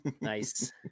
Nice